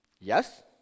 Yes